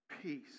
Peace